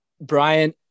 Brian